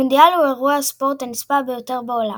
המונדיאל הוא אירוע הספורט הנצפה ביותר בעולם.